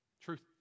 Truth